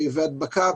הדבקה,